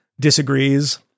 disagrees